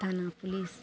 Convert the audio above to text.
थाना पुलिस